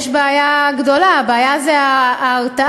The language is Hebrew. יש בעיה גדולה, הבעיה היא ההרתעה.